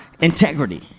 integrity